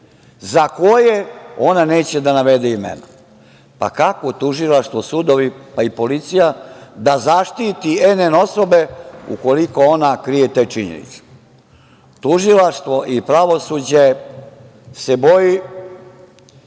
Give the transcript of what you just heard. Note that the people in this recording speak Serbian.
za koje ona neće da navede imena. Pa, kako tužilaštvo, sudovi, pa i policija da zaštiti NN osobe ukoliko ona krije te činjenice? Tužilaštvo i pravosuđe se boji